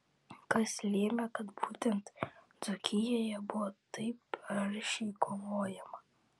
kas lėmė kad būtent dzūkijoje buvo taip aršiai kovojama